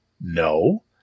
no